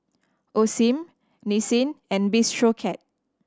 Osim Nissin and Bistro Cat